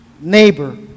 neighbor